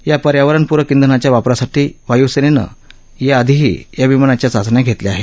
या पर्यावरण पुरक ब्रिनाच्या वापरासाठी वायुसेनेनं या आधीही या विमानाच्या चाचण्या घेतल्या आहेत